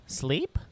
sleep